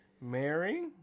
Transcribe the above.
Mary